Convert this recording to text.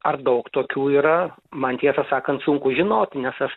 ar daug tokių yra man tiesą sakant sunku žinot nes aš